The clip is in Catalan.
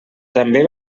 també